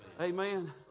Amen